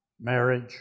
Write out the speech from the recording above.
marriage